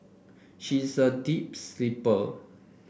she is a deep sleeper